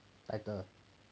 like the